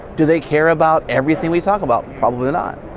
do they care about everything we talk about? probably not.